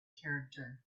character